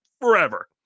forever